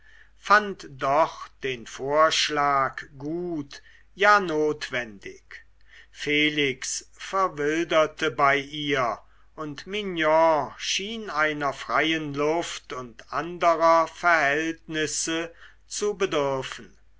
fand doch den vorschlag gut ja notwendig felix verwilderte bei ihr und mignon schien einer freien luft und anderer verhältnisse zu bedürfen